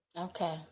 Okay